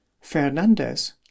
Fernandez